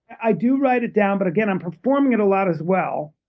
i do write it down, but again, i'm performing it a lot as well.